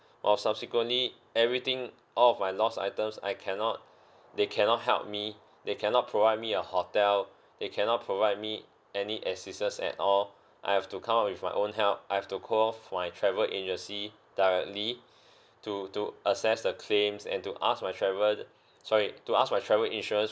while subsequently everything all of my lost items I cannot they cannot help me they cannot provide me a hotel they cannot provide me any assistance at all I have to come up with my own help I have to call for my travel agency directly to to assess the claims and to ask my travel sorry to ask my travel insurance